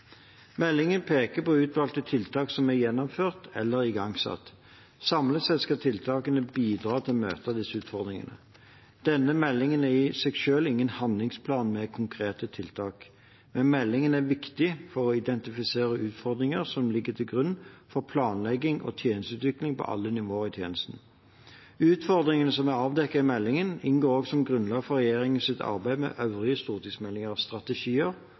Meldingen peker på utvalgte tiltak som er gjennomført eller igangsatt. Samlet sett skal tiltakene bidra til å møte disse utfordringene. Denne meldingen er i seg selv ingen handlingsplan med konkrete tiltak, men meldingen er viktig for å identifisere utfordringer som ligger til grunn for planlegging og tjenesteutvikling på alle nivå i tjenesten. Utfordringene som er avdekket i meldingen, inngår også som grunnlag for regjeringens arbeid med øvrige stortingsmeldinger, strategier